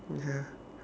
mm ya